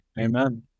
Amen